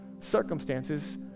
circumstances